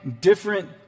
different